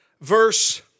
verse